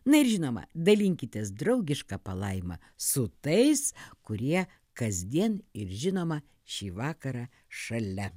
na ir žinoma dalinkitės draugiška palaima su tais kurie kasdien ir žinoma šį vakarą šalia